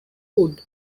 wood